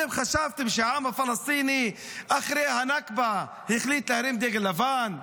אתם חשבתם שהעם הפלסטיני אחרי הנכבה החליט להרים דגל לבן?